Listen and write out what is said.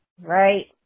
right